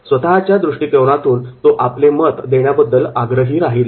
स्वतहाच्या दृष्टिकोनातून तो आपले मत देण्याबद्दल आग्रही राहील